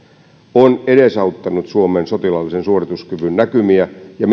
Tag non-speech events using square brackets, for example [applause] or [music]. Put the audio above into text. on edesauttanut suomen sotilaallisen suorituskyvyn näkymiä ja [unintelligible]